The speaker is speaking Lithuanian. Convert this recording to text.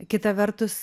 kita vertus